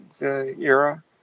era